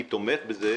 אני תומך בזה,